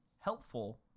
helpful